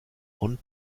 und